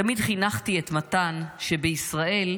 תמיד חינכתי את מתן שבישראל,